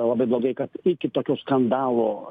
labai blogai kad iki tokio skandalo